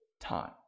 time